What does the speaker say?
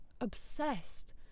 obsessed